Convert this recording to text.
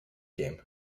game